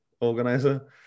organizer